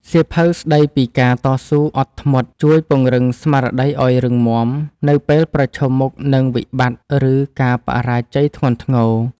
សៀវភៅស្ដីពីការតស៊ូអត់ធ្មត់ ជួយពង្រឹងស្មារតីឱ្យរឹងមាំនៅពេលប្រឈមមុខនឹងវិបត្តិ ឬការបរាជ័យធ្ងន់ធ្ងរ។